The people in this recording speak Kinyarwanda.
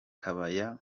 kabaya